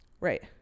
Right